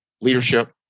leadership